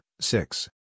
six